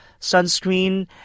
sunscreen